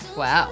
Wow